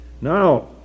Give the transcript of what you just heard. Now